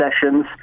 sessions